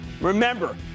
remember